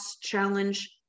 challenge